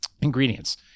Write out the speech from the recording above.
ingredients